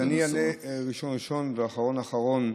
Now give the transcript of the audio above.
אני אענה ראשון ראשון ואחרון אחרון.